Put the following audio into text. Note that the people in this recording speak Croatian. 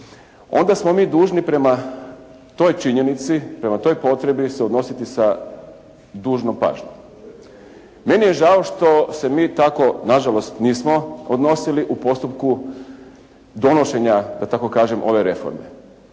onda smo mi dužni prema toj činjenici, prema toj potrebi se odnositi sa dužnom pažnjom. Meni je žao što se mi tako nažalost nismo odnosili u postupku donošenja da tako kažem ove reforme